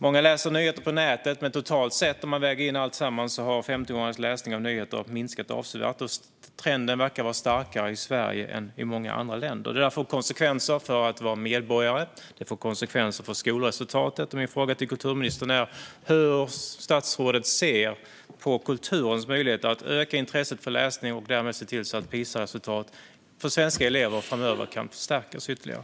Många läser nyheter på nätet, men när man väger in alltsammans har 15-åringarnas läsning av nyheter totalt sett minskat avsevärt. Trenden verkar vara starkare än i många andra länder. Detta får konsekvenser för vad det innebär att vara medborgare, och det får konsekvenser för skolresultatet. Min fråga till kulturministern är hur statsrådet ser på kulturens möjligheter att öka intresset för läsning och därmed se till att PISA-resultat för svenska elever framöver kan förstärkas ytterligare.